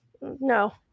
no